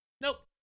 Nope